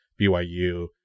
BYU